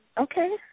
Okay